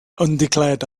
undeclared